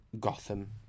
Gotham